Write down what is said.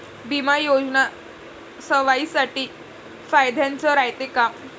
बिमा योजना सर्वाईसाठी फायद्याचं रायते का?